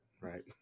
right